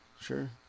sure